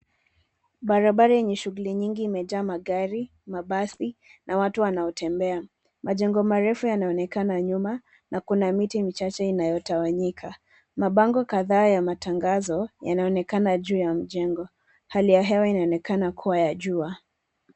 Barabara yenye shughuli nyingi imejaa magari, mabasi na watu wanaotembea. Majengo marefu yanaonekana nyuma na kuna miti michache inayotawanyika. Mabango kadhaa ya matangazo yanaonekana juu ya mjengo. Hali ya hewa inaonekana kuwa ya jua.